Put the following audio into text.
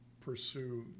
pursue